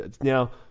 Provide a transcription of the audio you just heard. ...now